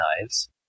knives